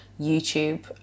youtube